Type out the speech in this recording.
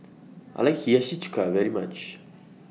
I like Hiyashi Chuka very much